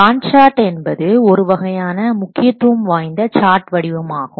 Gantt chart என்பது ஒரு வகையான முக்கியத்துவம் வாய்ந்த சார்ட் வடிவமாகும்